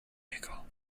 mickle